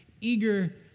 eager